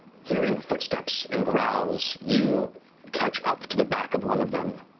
hearing footsteps and growls. you catch up to the back of one of them,